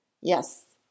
Yes